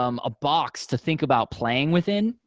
um a box to think about playing within.